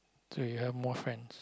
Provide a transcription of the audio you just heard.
so you have more friends